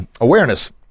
Awareness